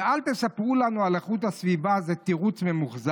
ואל תספרו לנו על איכות הסביבה, זה תירוץ ממוחזר.